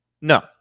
No